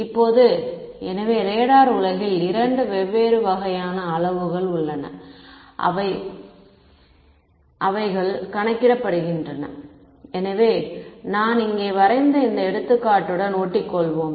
இப்போது எனவே ரேடார் உலகில் இரண்டு வெவ்வேறு வகையான அளவுகள் உள்ளன மற்றும் அவைகள் கணக்கிடப்படுகின்றன எனவே நான் இங்கே வரைந்த இந்த எடுத்துக்காட்டுடன் ஒட்டிக்கொள்வோம்